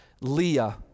Leah